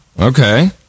okay